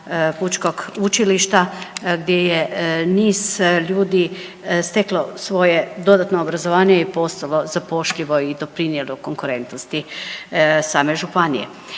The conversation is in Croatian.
Pučkog učilišta gdje je niz ljudi steklo svoje dodatno obrazovanje i postalo zapošljivo i doprinijelo konkurentnosti same županije.